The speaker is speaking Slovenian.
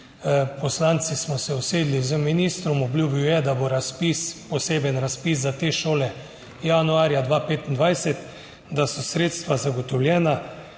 Poslanci smo se usedli z ministrom, obljubil je, da bo razpis, poseben razpis za te šole januarja 2025, da so sredstva zagotovljena.